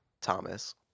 Thomas